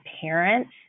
parents